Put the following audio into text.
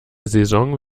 saison